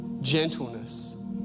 gentleness